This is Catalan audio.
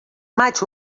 maig